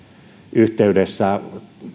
yhteydessä